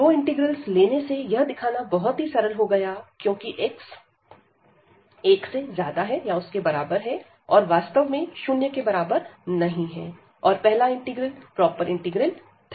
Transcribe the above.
दो इंटीग्रल्स लेने से यह दिखाना बहुत ही सरल हो गया क्योंकि x ≥ 1 है और वास्तव में शून्य के बराबर नहीं है और पहला इंटीग्रल प्रॉपर इंटीग्रल था